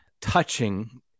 touching